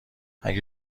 اگه